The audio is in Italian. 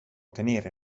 tenere